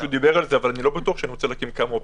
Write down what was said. לא בטוח שאני רוצה להקים כמה אופרציות.